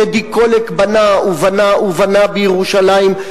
טדי קולק בנה ובנה ובנה בירושלים.